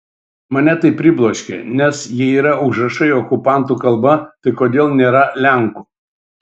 mane tai pribloškė nes jei yra užrašai okupantų kalba tai kodėl nėra lenkų